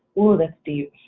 oooh that's deep.